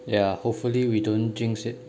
ya hopefully we don't jinx it